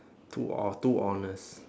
too orh too honest